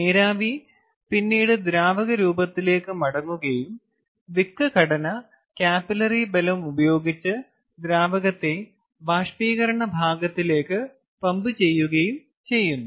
നീരാവി പിന്നീട് ദ്രാവക രൂപത്തിലേക്ക് മടങ്ങുകയും വിക്ക് ഘടന കാപ്പിലറി ബലം ഉപയോഗിച്ച് ദ്രാവകത്തെ ബാഷ്പീകരണ ഭാഗത്തിലേക്ക് പമ്പ് ചെയ്യുകയും ചെയ്യുന്നു